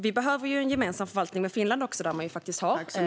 Vi behöver en gemensam förvaltning med Finland, som faktiskt har licensjakt.